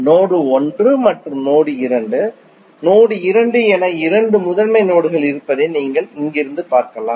node 1 மற்றும் node 2 node 2 என இரண்டு முதன்மை நோடுகள் இருப்பதை நீங்கள் இங்கிருந்து பார்க்கலாம்